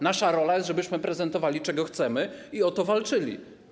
Naszą rolą jest to, żebyśmy prezentowali to, czego chcemy, i o to walczyli.